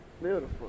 Beautiful